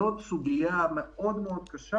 זאת סוגיה מאוד קשה,